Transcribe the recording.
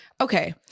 Okay